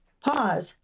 pause